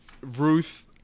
Ruth